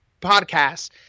podcasts